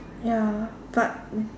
ya but